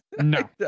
No